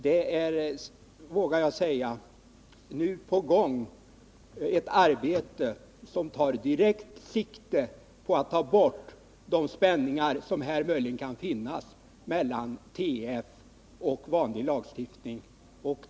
Det är, vågar jag säga, nu på gång ett arbete som tar direkt sikte på att ta bort de spänningar som möjligen kan finnas mellan TF och vanlig lagstiftning.